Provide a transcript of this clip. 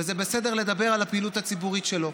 וזה בסדר לדבר על הפעילות הציבורית שלו,